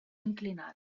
inclinades